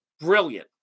Brilliant